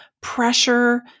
pressure